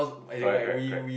correct correct correct